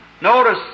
Notice